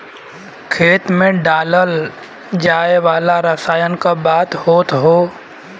खेत मे डालल जाए वाला रसायन क बात होत हौ